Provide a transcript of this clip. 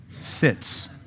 sits